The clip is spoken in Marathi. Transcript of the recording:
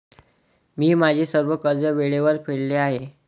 मी माझे सर्व कर्ज वेळेवर फेडले आहे